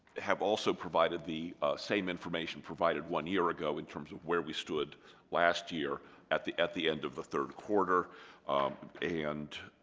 have also provided the same information provided one year ago in terms of where we stood last year at the at the end of the third quarter and